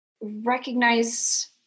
recognize